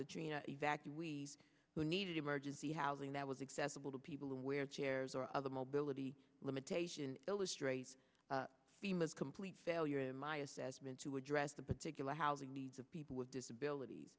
katrina evacuees who needed emergency housing that was accessible to people who wear chairs or other mobility limitation illustrates the most complete failure in my assessment to address the particular housing needs of people with disabilities